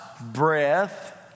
breath